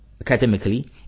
academically